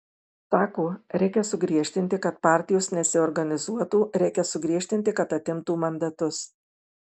sako reikia sugriežtinti kad partijos nesiorganizuotų reikia sugriežtinti kad atimtų mandatus